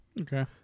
Okay